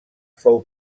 fou